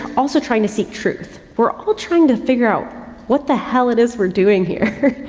also trying to seek truth. we're all trying to figure out what the hell it is we're doing here.